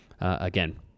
again